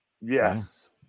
Yes